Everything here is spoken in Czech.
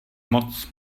moc